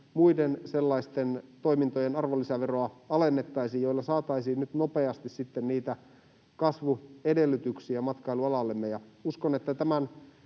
muiden sellaisten toimintojen arvonlisäveroa, alennettaisiin, millä saataisiin nyt nopeasti sitten niitä kasvuedellytyksiä matkailualallemme. Uskon, että tämän